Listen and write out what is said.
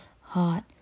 hot